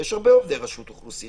יש הרבה עובדי רשות אוכלוסין,